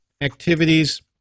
activities